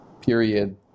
period